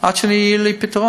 זה עד שיהיה לי פתרון.